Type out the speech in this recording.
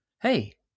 Hey